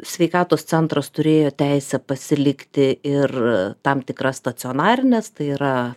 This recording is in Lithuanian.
sveikatos centras turėjo teisę pasilikti ir tam tikras stacionarines tai yra